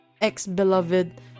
ex-beloved